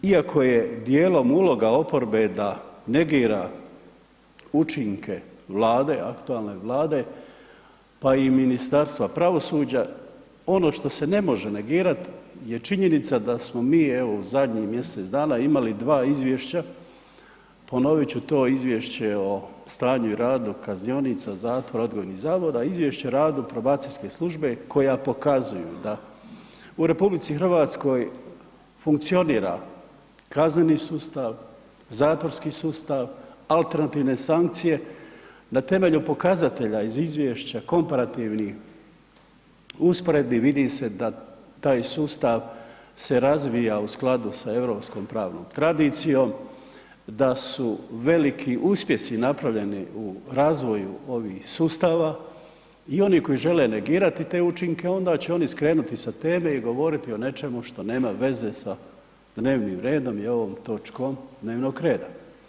Iako je dijelom uloga oporbe da negira učinke Vlade, aktualne Vlade, pa i Ministarstva pravosuđa, ono što se ne može negirat je činjenica da smo mi evo u zadnjih mjesec dana imali dva izvješća, ponovit ću to, Izvješće o stanju i radu kaznionica, zatvora, odgojnih zavoda i Izvješće o radu probacijske službe koja pokazuju da u RH funkcionira kazneni sustav, zatvorski sustav, alternativne sankcije, na temelju pokazatelja iz izvješća komparativnih u usporedbi vidi se da taj sustav se razvija u skladu sa Europskom pravnom tradicijom, da su veliki uspjesi napravljeni u razvoju ovih sustava i oni koji žele negirati te učinke onda će oni skrenuti sa teme i govoriti o nečemu što nema veze sa dnevnim redom i ovom točkom dnevnog reda.